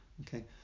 okay